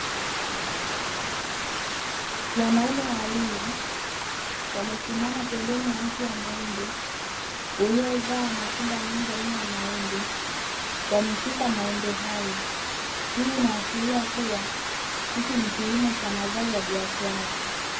Wanaume wawili, wamesimama pembeni ya mti wa muembe, ulio zaa matunda mengi aina ya maembe. Wameshika maembe hayo, hii inaashiria kuwa hiki ni kilimo cha mazao ya biashara.